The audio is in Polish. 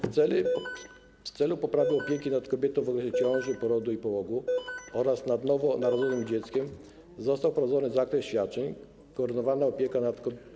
W celu poprawy opieki nad kobietą w okresie ciąży, porodu i połogu oraz nad nowo narodzonym dzieckiem został wprowadzony zakres świadczeń, koordynowana opieka nad kobietą w ciąży.